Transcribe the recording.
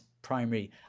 primary